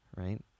right